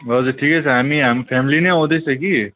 हजुर ठिकै छ हामी हाम्रो फ्यामिली नै आउँदै छ कि